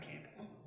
campus